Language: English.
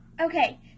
Okay